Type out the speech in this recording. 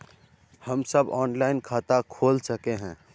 हम सब ऑनलाइन खाता खोल सके है?